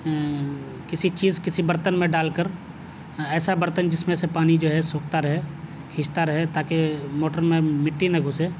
کسی چیز کسی برتن میں ڈال کر ایسا برتن جس میں سے پانی جو ہے سوکھتا رہے کھینچتا رہے تاکہ موٹر میں مٹی نہ گھسے